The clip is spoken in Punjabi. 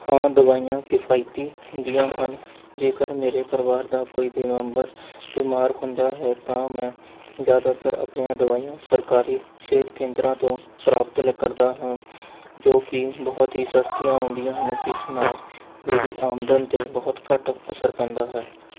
ਹਾਂ ਦਵਾਈਆਂ ਕਿਫਾਇਤੀ ਹੁੰਦੀਆਂ ਹਨ ਜੇਕਰ ਮੇਰੇ ਪਰਿਵਾਰ ਦਾ ਕੋਈ ਵੀ ਮੈਂਬਰ ਬਿਮਾਰ ਹੁੰਦਾ ਹੈ ਤਾਂ ਮੈਂ ਜ਼ਿਆਦਾਤਰ ਆਪਣੀਆਂ ਦਵਾਈਆਂ ਸਰਕਾਰੀ ਸਿਹਤ ਕੇਂਦਰਾਂ ਤੋਂ ਪ੍ਰਾਪਤ ਕਰਦਾ ਹਾਂ ਜੋ ਕਿ ਬਹੁਤ ਹੀ ਸਸਤੀਆਂ ਹੁੰਦੀਆਂ ਹਨ ਜਿਸ ਨਾਲ਼ ਮੇਰੀ ਆਮਦਨ 'ਤੇ ਬਹੁਤ ਘੱਟ ਅਸਰ ਪੈਂਦਾ ਹੈ